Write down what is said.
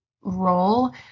role